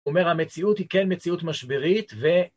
אומר המציאות היא כן מציאות משברית ו...